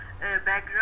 background